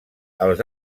els